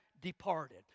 departed